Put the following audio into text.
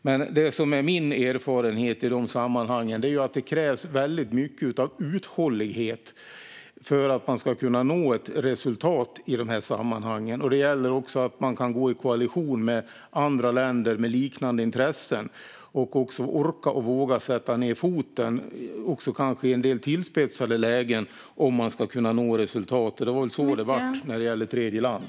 Men min erfarenhet av dessa sammanhang är att det krävs mycket uthållighet för att nå resultat. Det gäller också att man kan gå i koalition med andra länder med liknande intressen och orka och våga sätta ned foten, kanske även i tillspetsade lägen, om man ska kunna nå resultat. Det var väl så det blev när det gäller tredjeland.